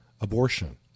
abortion